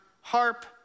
harp